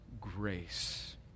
grace